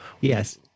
Yes